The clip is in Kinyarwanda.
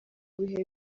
bihe